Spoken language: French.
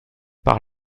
par